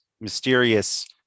mysterious